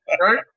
right